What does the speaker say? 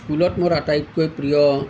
স্কুলত মোৰ আটাইতকৈ প্ৰিয়